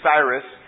Cyrus